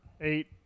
Eight